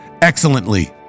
excellently